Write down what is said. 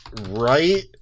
Right